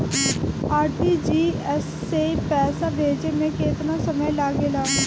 RTGS से पैसा भेजे में केतना समय लगे ला?